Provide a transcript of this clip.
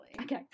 Okay